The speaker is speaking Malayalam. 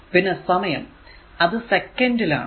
പിന്നെ സമയം അത് സെക്കന്റ് ൽ ആണ്